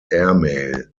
airmail